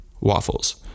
Waffles